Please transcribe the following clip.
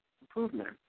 improvement